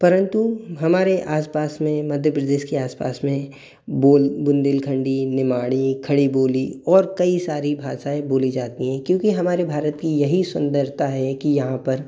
परंतु हमारे आस पास में मध्य प्रदेश के आस पास में बोल बुंदेलखंडी निमाड़ी खड़ी बोली और कई सारी भाषाएँ बोली जाती हैं क्योंकि हमारे भारत की यही सुंदरता है कि यहाँ पर